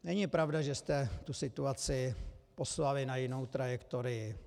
Není pravda, že jste tu situaci poslali na jinou trajektorii.